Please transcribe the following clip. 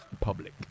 Public